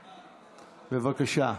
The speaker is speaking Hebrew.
בבקשה.